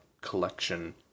collection